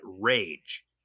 rage